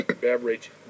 beverage